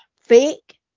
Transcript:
fake